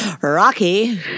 rocky